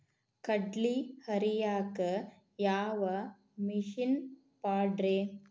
ಕಡ್ಲಿ ಹರಿಯಾಕ ಯಾವ ಮಿಷನ್ ಪಾಡ್ರೇ?